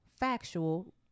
factual